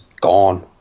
gone